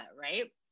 right